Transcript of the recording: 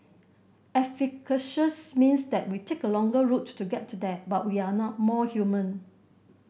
efficacious means that we take a longer route to get there but we are now more human